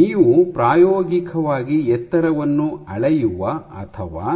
ನೀವು ಪ್ರಾಯೋಗಿಕವಾಗಿ ಎತ್ತರವನ್ನು ಅಳೆಯುವ ಅಥವಾ